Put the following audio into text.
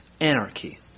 anarchy